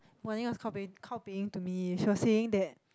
Wan-Ning was kaopeiing kaopeiing to me she was saying that